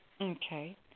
Okay